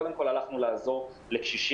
קודם כול הלכנו לעזור לקשישים.